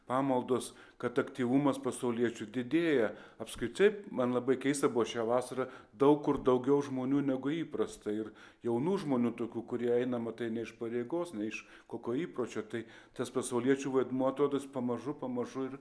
pamaldos kad aktyvumas pasauliečių didėja apskritai man labai keista buvo šią vasarą daug kur daugiau žmonių negu įprasta ir jaunų žmonių tokių kurie eina matai ne iš pareigos ne iš kokio įpročio tai tas pasauliečių vaidmuo atrodo jis pamažu pamažu ir